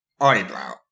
Eyebrow